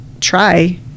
try